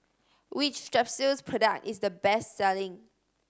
which Strepsils product is the best selling